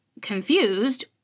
confused